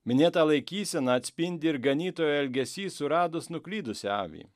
minėtą laikyseną atspindi ir ganytojo elgesys suradus nuklydusią avį